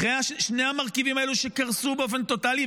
אחרי שני המרכיבים האלה שקרסו באופן טוטלי,